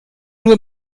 nur